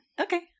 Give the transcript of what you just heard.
Okay